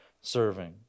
serving